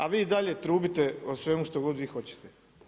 A vi i dalje trubite o svemu što god vi hoćete.